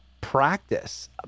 practice